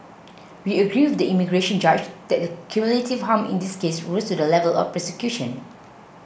we agree with the immigration judge that the cumulative harm in this case rose to the level of persecution